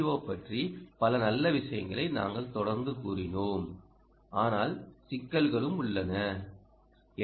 ஓ பற்றி பல நல்ல விஷயங்களை நாங்கள் தொடர்ந்து கூறினோம் ஆனால் சிக்கல்களும் உள்ளன எல்